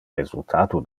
resultato